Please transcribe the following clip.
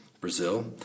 Brazil